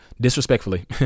disrespectfully